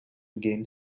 gain